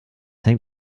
hängt